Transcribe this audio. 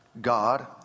God